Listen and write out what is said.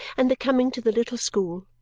and the coming to the little school,